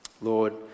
Lord